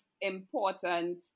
important